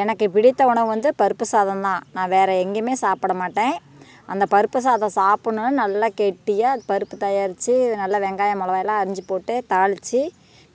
எனக்கு பிடித்த உணவு வந்து பருப்பு சாதம்தான் நான் வேறு எங்கேயுமே சாப்பிட மாட்டேன் அந்த பருப்பு சாதம் சாப்பிட்ணுன்னா நல்லா கெட்டியாக அது பருப்பு தயாரித்து நல்லா வெங்காயம் மிளவால்லாம் அரிஞ்சு போட்டு தாளித்து